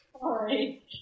Sorry